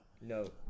No